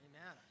Amen